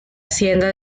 hacienda